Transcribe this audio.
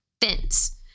fence